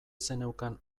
zeneukan